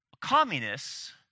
communists